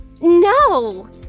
No